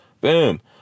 boom